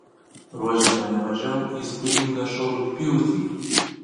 ruošiame ne mažiau įspūdingą šou rugpjūtį